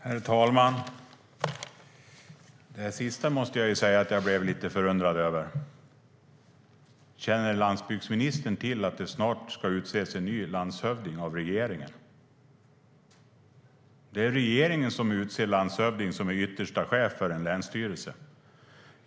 Herr talman! Det där sista måste jag säga att jag blev lite förundrad över. Känner landsbygdsministern till att det snart ska utses en ny landshövding av regeringen? Det är regeringen som utser landshövdingen, som är yttersta chef för en länsstyrelse.